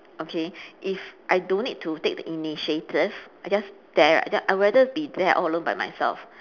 okay if I don't need to take the initiative I just there right then I rather be there all alone by myself